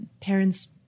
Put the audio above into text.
parents